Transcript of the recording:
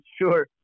sure